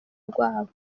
rwabo